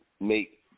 make